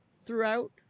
throughout